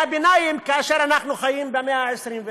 הביניים כאשר אנחנו חיים במאה ה-21.